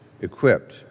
equipped